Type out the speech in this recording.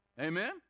Amen